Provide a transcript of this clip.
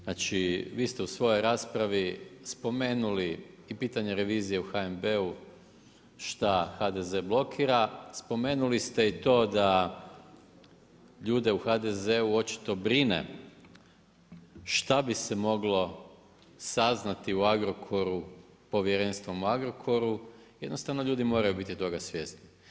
Znači, vi ste u svojoj raspravi spomenuli i pitanje revizije u HNB-u, šta HDZ blokira, spomenuli ste i to da ljude u HDZ-u očito brine šta bi se moglo saznati u Agrokoru, povjerenstvom u Agrokoru, jednostavno ljudi moraju biti toga svjesni.